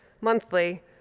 Monthly